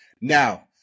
Now